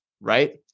right